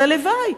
אז הלוואי.